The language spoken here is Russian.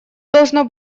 должно